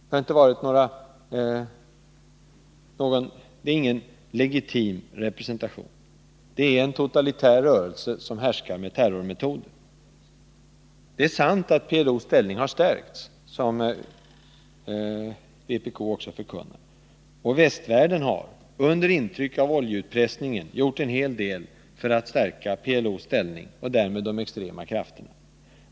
Det är ingen legitim representation, det är en totalitär rörelse som härskar med terrormetoder. Det är sant att PLO:s ställning har stärkts, som vpk också förkunnar. Och västvärlden har under intryck av oljeutpressningen gjort en hel del för att stärka PLO:s ställning och därmed de extrema krafterna.